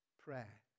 prayer